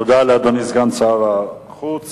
מידע בולט וברור אודות הרכב המזון